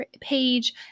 page